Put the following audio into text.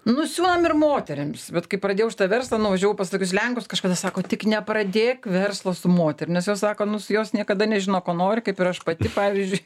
nu siuvam ir moterims bet kai pradėjau šitą verslą nuvažiavau pas tokius lenkus kažkada sako tik nepradėk verslo su moterim nes jos sako nus jos niekada nežino ko nori kaip ir aš pati pavyzdžiui